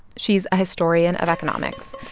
she's a historian of economics.